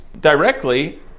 directly